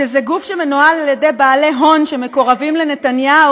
שזה גוף שמנוהל על ידי בעלי הון שמקורבים לנתניהו,